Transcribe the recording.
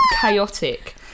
chaotic